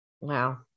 Wow